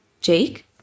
Jake